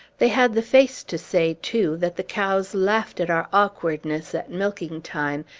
they had the face to say, too, that the cows laughed at our awkwardness at milking-time,